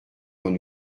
quand